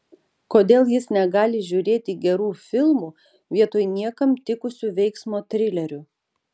kodėl jis negali žiūrėti gerų filmų vietoj niekam tikusių veiksmo trilerių